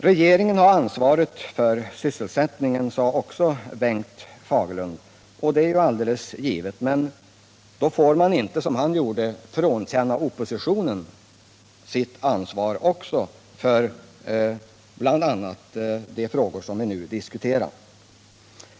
Regeringen har ansvaret för sysselsättningen, sade också Bengt Fagerlund. Det är alldeles riktigt, men det får inte, som han gjorde, innebära att oppositionen frånkänner sig sin del av ansvaret för bl.a. de frågor vi nu diskuterar.